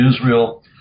Israel